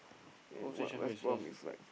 whichever is first